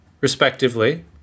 respectively